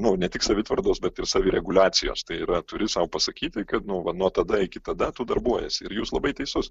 nu ne tik savitvardos bet ir savireguliacijos tai yra turi sau pasakyti kad nu vat nuo tada iki tada tu darbuojiesi ir jūs labai teisus